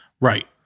right